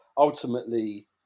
Ultimately